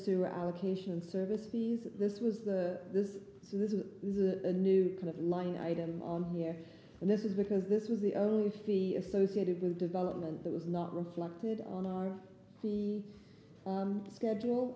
sewer allocation and service fees this was the this so this is a new kind of line item here and this is because this was the only fee associated with development that was not reflected on our fee schedule